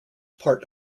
part